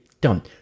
done